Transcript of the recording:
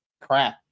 crap